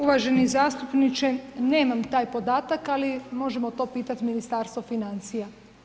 Uvaženi zastupniče nemam taj podatak ali možemo to pitati Ministarstvo financija.